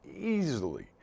easily